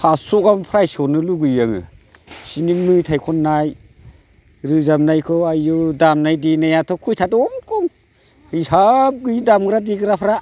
फास्स' गाहाम प्राइज हरनो लुगैयो आङो बिसिनि मेथाइ खननाय रोजाबनायखौ आयु दामनाय देनायाथ' खयथा दं दं हिसाब गैयै दामग्रा देग्राफ्रा